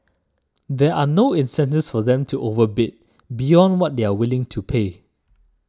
there are no incentives for them to overbid beyond what they are willing to pay